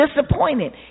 disappointed